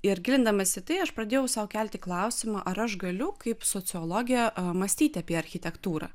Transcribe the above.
ir gilindamasi į tai aš pradėjau sau kelti klausimą ar aš galiu kaip sociologė mąstyti apie architektūrą